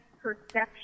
perception